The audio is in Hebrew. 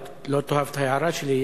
לא תאהב את ההערה שלי,